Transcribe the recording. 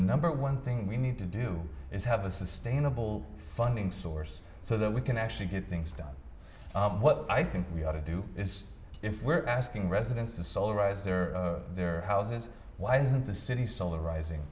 number one thing we need to do is have a sustainable funding source so that we can actually get things done what i think we ought to do is if we're asking residents in solar rise their their houses why in the cities solar rising